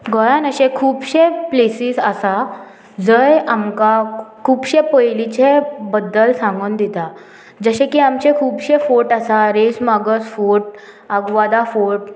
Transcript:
गोंयान अशे खुबशे प्लेसीस आसा जंय आमकां खुबशे पयलींचे बद्दल सांगून दिता जशे की आमचे खुबशे फोर्ट आसा रेसमारगस फोर्ट आग्वादा फोर्ट